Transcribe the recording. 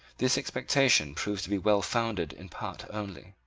this expectation proved to be well founded in part only.